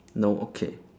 no okay